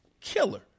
Killer